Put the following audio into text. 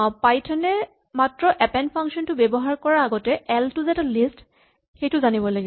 Python এ মাত্ৰ append function টো ব্যৱহাৰ কৰাৰ আগতে এল টো লিষ্ট বুলি জানিব লাগিব